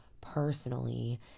personally